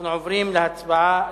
אנחנו עוברים לנושא הבא: